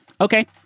Okay